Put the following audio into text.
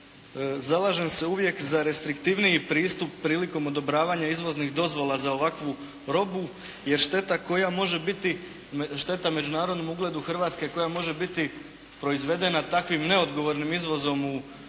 zalažem se uvijek za restriktivniji pristup prilikom odobravanja izvoznih dozvola za ovakvu robu jer šteta koja može biti, šteta međunarodnom ugledu Hrvatske koja može biti proizvedena takvim neodgovornim izvozom u pravilu